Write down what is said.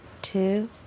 Two